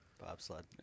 bobsled